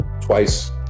twice